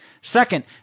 Second